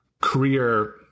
career